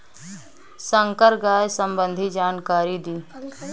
संकर गाय संबंधी जानकारी दी?